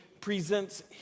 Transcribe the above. presents